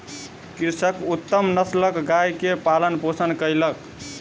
कृषक उत्तम नस्लक गाय के पालन पोषण कयलक